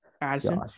Addison